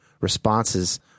responses